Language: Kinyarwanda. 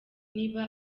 niba